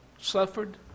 suffered